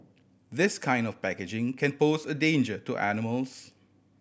this kind of packaging can pose a danger to animals